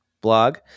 blog